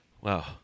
Wow